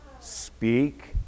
speak